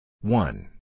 One